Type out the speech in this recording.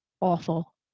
awful